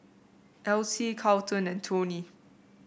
Esley Charlton and Tony